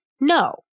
No